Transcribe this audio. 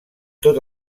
tot